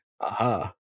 aha